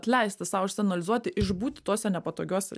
leisti sau išsianalizuoti išbūti tuose nepatogiuose